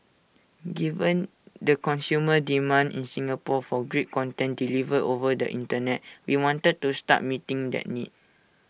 given the consumer demand in Singapore for great content delivered over the Internet we wanted to start meeting that need